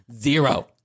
Zero